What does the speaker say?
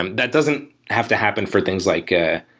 and that doesn't have to happen for things like ah